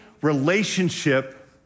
relationship